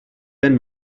ben